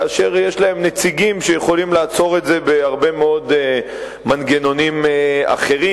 כאשר יש להם נציגים שיכולים לעצור את זה בהרבה מאוד מנגנונים אחרים,